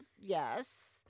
Yes